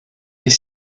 est